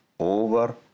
over